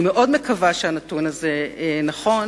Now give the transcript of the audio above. אני מאוד מקווה שהנתון הזה נכון,